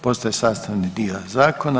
Postaje sastavni dio zakona.